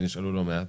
ונשאלו לא מעט,